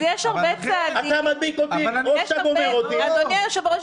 או שאתה גומר אותי --- אדוני היושב-ראש,